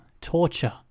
torture